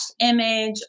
image